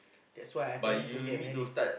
that's why I tell him to get married